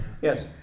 Yes